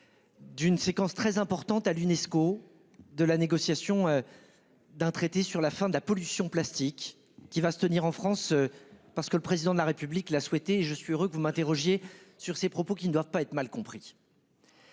D'une séquence très importante à l'UNESCO de la négociation. D'un traité sur la fin de la pollution plastique qui va se tenir en France. Parce que le président de la République l'a souhaité. Je suis heureux que vous m'interrogiez sur ces propos qui ne doit pas être mal compris.